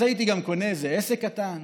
אז הייתי גם קונה איזה עסק קטן.